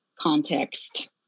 context